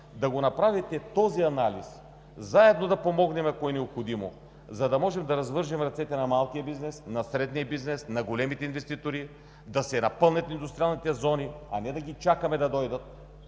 да направите този анализ, ако е необходимо заедно да помогнем, за да можем да развържем ръцете на малкия бизнес, на средния бизнес, на големите инвеститори, да се напълнят индустриалните зони, не да ги чакаме да дойдат,